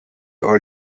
all